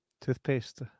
Toothpaste